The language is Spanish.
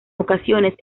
ocasiones